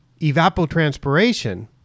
evapotranspiration